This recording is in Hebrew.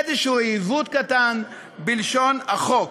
איזה עיוות קטן בלשון החוק.